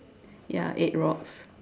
ya eight rocks